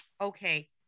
okay